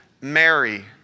Mary